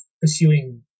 pursuing